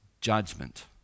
judgment